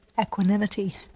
equanimity